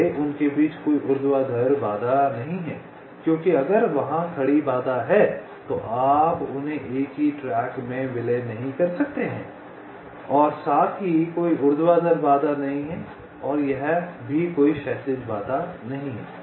पहले उनके बीच कोई ऊर्ध्वाधर बाधा नहीं है क्योंकि अगर वहाँ खड़ी बाधा है तो आप उन्हें एक ही ट्रैक में विलय नहीं कर सकते हैं और साथ ही कोई ऊर्ध्वाधर बाधा नहीं है और यह भी कोई क्षैतिज बाधा नहीं है